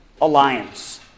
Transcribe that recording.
alliance